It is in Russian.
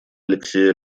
алексея